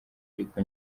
ariko